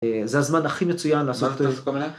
זה הזמן הכי מצוין לעשות...